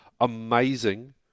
amazing